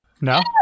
No